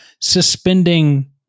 suspending